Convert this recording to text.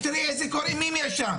ותראי איזה קור אימים יש שם.